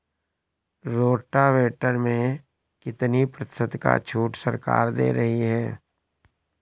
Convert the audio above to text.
Rotavator में कितनी प्रतिशत का छूट सरकार दे रही है?